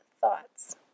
thoughts